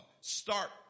start